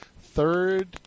third